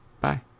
Bye